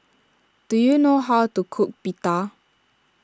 do you know how to cook Pita